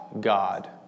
God